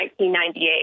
1998